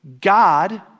God